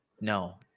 No